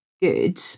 good